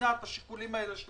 מדינה את השיקולים האלה.